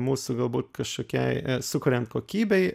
mūsų galbūt kažkokiai sukuriant kokybei